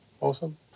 Awesome